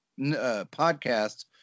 podcasts